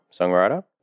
songwriter